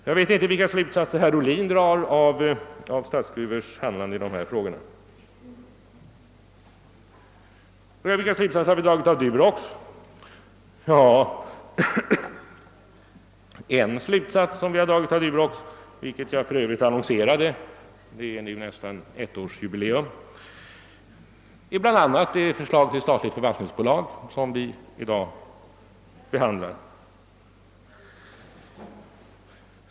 Jag vet inte vilka slutsatser herr Ohlin drar av AB Statsgruvors handlande i dessa frågor. Durox? En slutsats, som jag för övrigt annonserade för nästan exakt ett år sedan, är att vi behöver det statliga förvaltningsbolag som vi i dag behandlar.